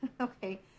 okay